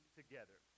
together